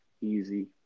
easy